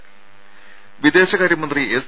രും വിദേശകാര്യമന്ത്രി എസ്